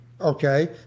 Okay